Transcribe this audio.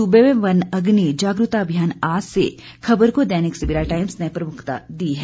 सूबे में वन अग्नि जागरूकता अभियान आज से शीर्षक से खबर को दैनिक सवेरा टाइम्स ने प्रमुखता दी है